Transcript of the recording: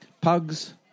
pugs